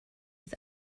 his